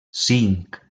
cinc